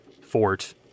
fort